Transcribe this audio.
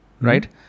right